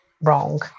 wrong